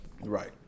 Right